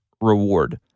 reward